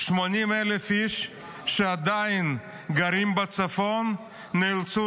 80,000 איש שעדיין גרים בצפון נאלצו